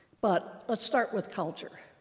but let's start with culture.